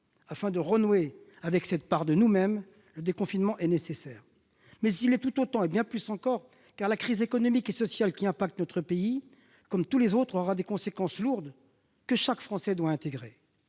Afin de renouer avec cette part de nous-mêmes, le déconfinement est nécessaire. Il est également nécessaire, voire plus encore, car la crise économique et sociale, qui impacte notre pays comme tous les autres, aura des conséquences lourdes que chaque Français doit intégrer.